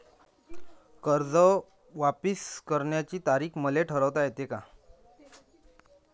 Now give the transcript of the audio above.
कर्ज वापिस करण्याची तारीख मले ठरवता येते का?